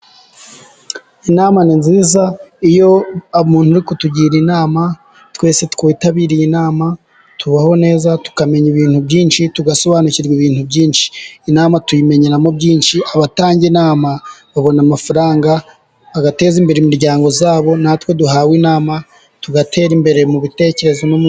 Inama ni nziza, iyo umuntu uri kutugira inama, twese twitabiriye inama tubaho neza, tukamenya ibintu byinshi, tugasobanukirwa ibintu byinshi, inama tuyimenyeramo byinshi abatanga inama babona amafaranga, bagateza imbere imiryango yabo, natwe duhawe inama tugatera imbere mu biteketezo no mu myumvire.